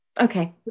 Okay